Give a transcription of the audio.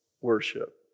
worship